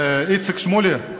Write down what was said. איציק שמולי,